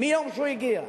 מיום שהוא הגיע.